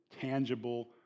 tangible